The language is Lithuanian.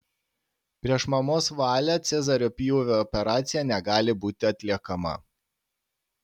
prieš mamos valią cezario pjūvio operacija negali būti atliekama